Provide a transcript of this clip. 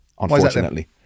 unfortunately